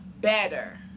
better